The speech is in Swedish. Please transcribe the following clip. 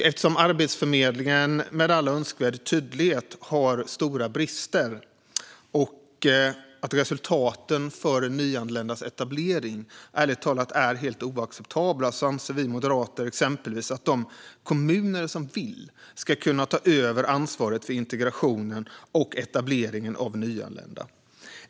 Eftersom Arbetsförmedlingen med all önskvärd tydlighet har stora brister och resultaten för nyanländas etablering ärligt talat är helt oacceptabla anser vi moderater exempelvis att de kommuner som vill ska kunna ta över ansvaret för integrationen och etableringen av nyanlända.